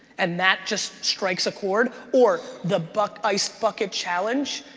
and that just strikes a chord, or the but ice bucket challenge,